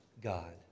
God